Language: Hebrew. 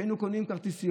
כשהיינו קונים כרטיסיות,